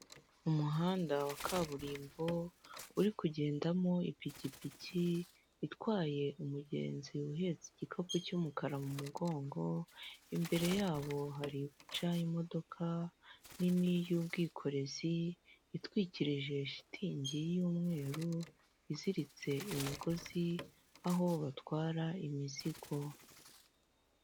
Umuhanda wa kaburimbo uri kugendamo ipikipiki itwaye umugenzi uhetse igikapu cy'umukara, mu mugongo imbere yabo hari guca imodoka nini y'ubwikorezi itwikirije shitingi y'umweru iziritse imigozi aho batwara imizigo.